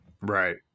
Right